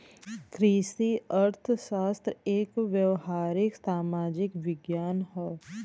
कृषि अर्थशास्त्र एक व्यावहारिक सामाजिक विज्ञान हौ